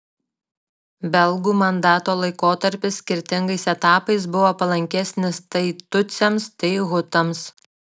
belgų mandato laikotarpis skirtingais etapais buvo palankesnis tai tutsiams tai hutams